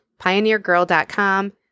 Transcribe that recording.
PioneerGirl.com